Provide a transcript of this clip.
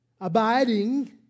abiding